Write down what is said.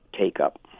take-up